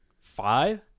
Five